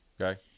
Okay